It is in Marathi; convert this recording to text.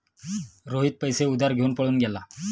रोहित पैसे उधार घेऊन पळून गेला